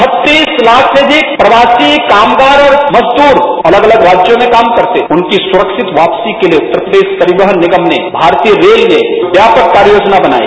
ॐ ताख से अधिक प्रवासी कामगार और मजदूर अलग अलग राज्यों में काम करते थे उनकी सुरक्षित वापसी के लिये उत्तर प्रदेश परिवहन निगम ने भारतीय रेल ने व्यापक कार्य योजना बनाई